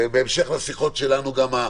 בהמשך לשיחות שלנו גם,